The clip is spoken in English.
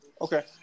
Okay